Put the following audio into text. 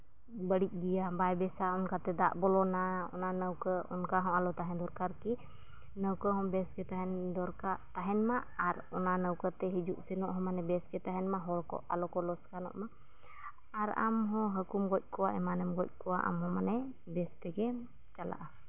ᱵᱟᱹᱲᱤᱡ ᱜᱮᱭᱟ ᱵᱟᱭ ᱵᱮᱥᱟ ᱚᱱᱠᱟᱛᱮ ᱫᱟᱜ ᱵᱚᱞᱚᱱᱟ ᱚᱱᱟ ᱱᱟᱹᱣᱠᱟᱹ ᱚᱱᱠᱟ ᱦᱚᱸ ᱟᱞᱚ ᱛᱟᱦᱮᱸ ᱫᱚᱨᱠᱟᱨ ᱠᱤ ᱱᱟᱹᱣᱠᱟᱹ ᱦᱚᱸ ᱵᱮᱥ ᱜᱮ ᱛᱟᱦᱮᱱ ᱫᱚᱨᱠᱟ ᱛᱟᱦᱮᱱᱢᱟ ᱟᱨ ᱚᱱᱟ ᱱᱟᱹᱣᱠᱟᱹᱛᱮ ᱦᱤᱡᱩᱜ ᱥᱮᱱᱚᱜ ᱦᱚᱸ ᱢᱟᱱᱮ ᱵᱮᱥ ᱜᱮ ᱛᱟᱦᱮᱱᱢᱟ ᱦᱚᱲ ᱠᱚ ᱟᱞᱚᱠᱚ ᱞᱚᱥᱠᱟᱱᱜᱢᱟ ᱟᱨ ᱟᱢ ᱦᱚᱢ ᱦᱟᱹᱠᱩᱢ ᱜᱚᱡ ᱠᱚᱣᱟ ᱮᱢᱟᱱᱮᱢ ᱜᱚᱡ ᱠᱚᱣᱟ ᱟᱢ ᱦᱚᱸ ᱢᱟᱱᱮ ᱵᱮᱥ ᱛᱮᱜᱮᱢ ᱪᱟᱞᱟᱜᱼᱟ